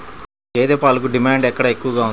గేదె పాలకు డిమాండ్ ఎక్కడ ఎక్కువగా ఉంది?